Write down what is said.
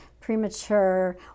premature